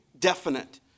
Definite